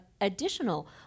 additional